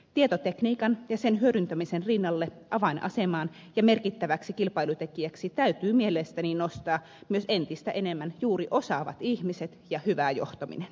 tietotekniikan ja sen hyödyntämisen rinnalle avainasemaan ja merkittäväksi kilpailutekijäksi täytyy mielestäni nostaa myös entistä enemmän juuri osaavat ihmiset ja hyvä johtaminen